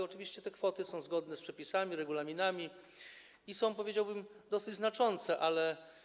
Oczywiście te kwoty są zgodne z przepisami, regulaminami i są, powiedziałbym, dosyć znaczące, ale.